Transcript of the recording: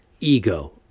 ego